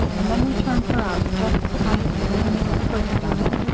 and then we turned her out just as kindly as anyone could have done it.